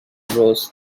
rows